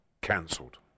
cancelled